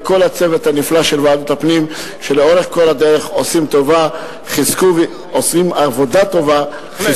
לכל הצוות הנפלא של ועדת הפנים שלאורך כל הדרך עושים עבודה טובה.